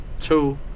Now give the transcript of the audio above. two